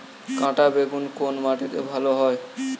কাঁটা বেগুন কোন মাটিতে ভালো হয়?